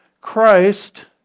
Christ